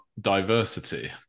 diversity